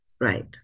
right